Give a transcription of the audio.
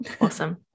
Awesome